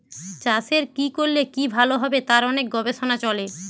চাষের কি করলে কি ভালো হবে তার অনেক গবেষণা চলে